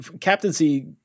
captaincy